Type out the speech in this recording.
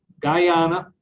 guyana,